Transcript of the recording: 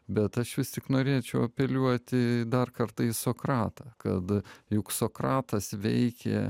bet aš vis tiek norėčiau apeliuoti dar kartą į sokratą kad juk sokratas veikė